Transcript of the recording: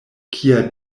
kia